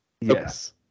Yes